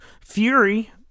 Fury